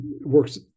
works